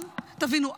תבינו,